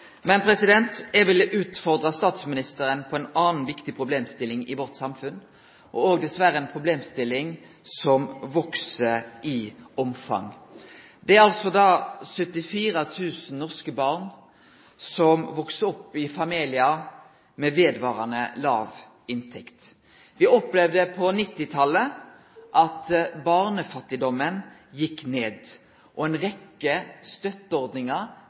eg vil utfordre statsministeren på ei anna viktig problemstilling i vårt samfunn – dessverre ei problemstilling som veks i omfang. Det er altså 74 000 norske barn som veks opp i familiar med vedvarande låg inntekt. Me opplevde på 1990-talet at barnefattigdomen gjekk ned, og ei rekkje støtteordningar